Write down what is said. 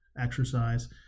exercise